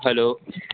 hello